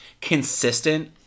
consistent